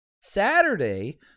Saturday